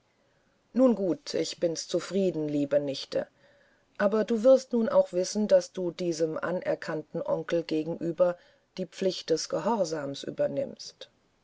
nun gut ich bin's zufrieden liebe nichte aber du wirst nun auch wissen daß du diesem anerkannten onkel gegenüber die pflicht des gehorsams übernimmst